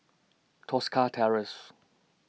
Tosca Terrace